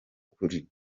kuri